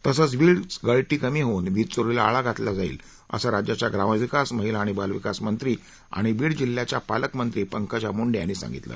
तसंच वीजगळती कमी होऊन वीजचोरीला आळा घालता जाईल असं राज्याच्या ग्रामविकास महिला आणि बालविकास मंत्री आणि बीड जिल्ह्याच्या पालकमंत्री पंकजा मुंडे यांनी सांगितलं